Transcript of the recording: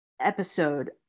episode